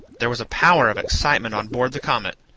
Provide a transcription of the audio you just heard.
there was a power of excitement on board the comet.